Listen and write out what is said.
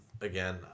again